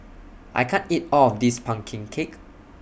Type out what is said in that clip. I can't eat All of This Pumpkin Cake